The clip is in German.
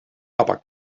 aber